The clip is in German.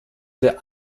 der